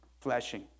flashing